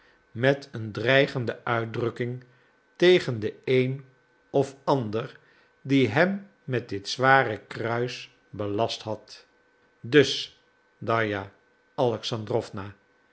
met een dreigende uitdrukking tegen den een of ander die hem met dit zware kruis belast had dus darja alexandrowna